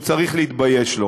והוא צריך להתבייש לו.